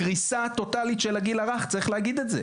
קריסה טוטלית של הגיל הרך צריך להגיד את זה,